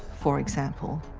for example,